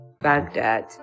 Baghdad